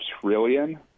trillion